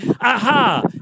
aha